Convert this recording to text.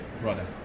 brother